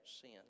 sin